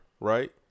right